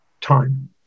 time